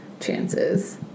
Chances